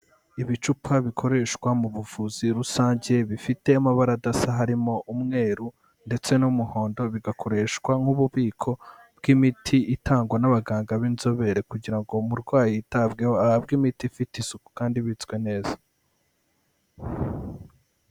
Ibicupa bikoreshwa mu buvuzi rusange bifite amabara adasa, harimo umweru ndetse n'umuhondo bigakoreshwa nk'ububiko bw'imiti itangwa n'abaganga b'inzobere kugira ngo umurwayi yitabweho ahabwe imiti ifite isuku kandi ibitswe neza.